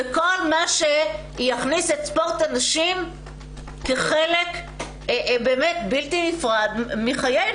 וכל מה שיכניס את ספורט הנשים כחלק בלתי נפרד מחיינו,